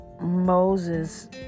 Moses